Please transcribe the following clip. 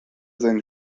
sein